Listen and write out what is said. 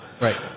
right